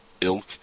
ilk